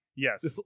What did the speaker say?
Yes